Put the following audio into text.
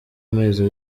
amezi